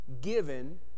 given